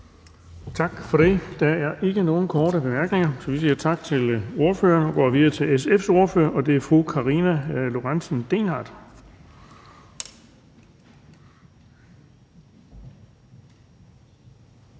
Tak for det. Der er ikke nogen korte bemærkninger, så vi siger tak til ordføreren. Vi går videre til Nye Borgerliges ordfører, og det er hr. Lars Boje Mathiesen.